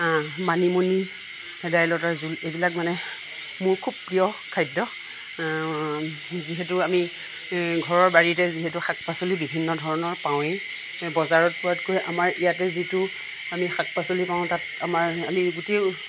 মানিমুনি ভেদাইলতাৰ জোল এইবিলাক মানে মোৰ খুব প্ৰিয় খাদ্য যিহেতু আমি ঘৰৰ বাৰীতে যিহেতু শাক পাচলি বিভিন্ন ধৰণৰ পাওঁৱেই বজাৰত পোৱাতকৈ আমাৰ ইয়াতে যিটো আমি শাক পাচলি পাওঁ তাত আমাৰ আমি গোটেই